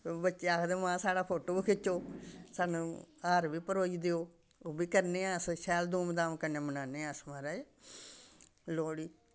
बच्चे आखदे मां साढ़ा फोटो बी खिच्चो सानूं हार बी परोई देओ ओह् बी करने अस शैल धूम धाम कन्नै मनान्ने अस म्हाराज लोह्ड़ी